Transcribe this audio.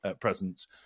presence